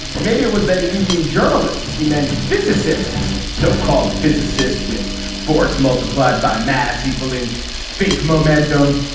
well, maybe it was that. he didn't mean journalists. he meant physicists, so called physicists with force multiplied by mass equaling fake momentum.